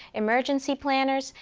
emergency planners,